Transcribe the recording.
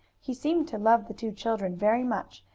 he seemed to love the two children very much,